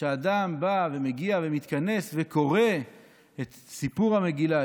כשאדם בא ומגיע ומתכנס וקורא את סיפור המגילה,